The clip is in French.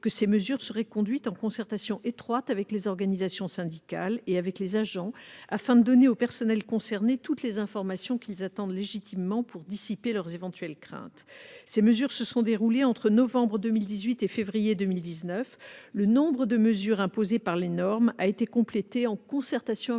qui seraient conduites en concertation étroite avec les organisations syndicales et avec les agents, afin de donner aux personnels concernés toutes les informations qu'ils attendent légitimement pour dissiper leurs éventuelles craintes. Ces mesures se sont déroulées entre les mois de novembre 2018 et de février 2019. Le nombre de mesures imposé par les normes a été complété en concertation avec les organisations